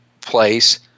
place